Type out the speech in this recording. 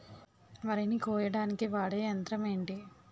వరి ని కోయడానికి వాడే యంత్రం ఏంటి?